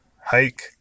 hike